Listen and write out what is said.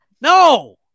No